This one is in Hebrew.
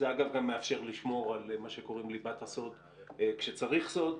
זה אגב גם מאפשר לשמור על מה שקוראים ליבת הסוד כשצריך סוד,